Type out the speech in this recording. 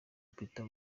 peter